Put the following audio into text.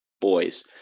boys